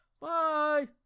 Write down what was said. Bye